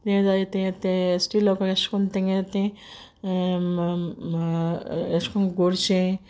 ते जायते ते एस टी लोकां तेंगे ते अेशकोन्न अेशकोन्न गोडशें